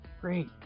Great